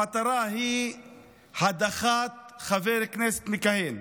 המטרה היא הדחת חבר כנסת מכהן.